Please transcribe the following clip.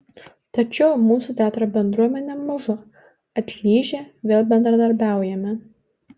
tačiau mūsų teatro bendruomenė maža atlyžę vėl bendradarbiaujame